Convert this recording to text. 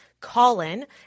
Colin